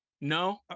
No